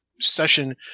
session